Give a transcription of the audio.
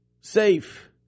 safe